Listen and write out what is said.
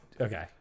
okay